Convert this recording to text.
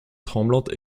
tremblantes